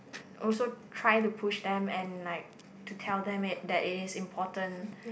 also try to push them and like to tell them it that it is important